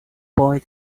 boy